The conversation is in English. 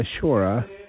Ashura